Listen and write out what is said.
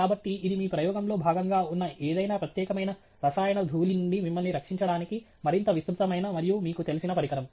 కాబట్టి ఇది మీ ప్రయోగంలో భాగంగా ఉన్న ఏదైనా ప్రత్యేకమైన రసాయన ధూళి నుండి మిమ్మల్ని రక్షించడానికి మరింత విస్తృతమైన మరియు మీకు తెలిసిన పరికరం